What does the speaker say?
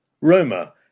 Roma